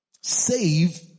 save